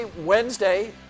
Wednesday